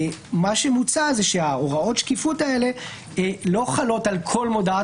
מוצע שהוראות השקיפות האלה לא יחולו על כל מודעת